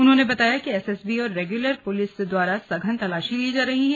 उन्होंने बताया कि एसएसबी और रेगुलर पुलिस द्वारा सघन तलाशी ली जा रही है